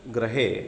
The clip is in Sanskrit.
गृहे